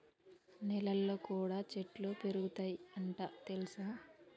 నెలల్లో కూడా చెట్లు పెరుగుతయ్ అంట తెల్సా